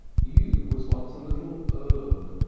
u was once a little urn,